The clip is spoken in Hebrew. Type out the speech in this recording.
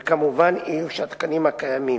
וכמובן, איוש התקנים הקיימים.